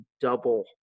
double